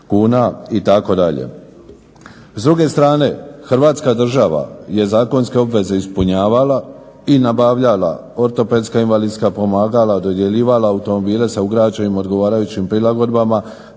kuna itd. S druge strane Hrvatska država je zakonske obaveze ispunjavala i nabavljala ortopedska invalidska pomagala, dodjeljivala automobile sa ugrađenim odgovarajući prilagodbama,